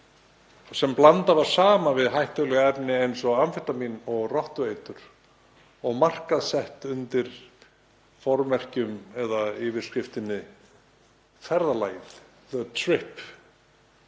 sem blandað var saman við hættuleg efni eins og amfetamín og rottueitur og markaðssett undir yfirskriftinni Ferðalagið, The Trip.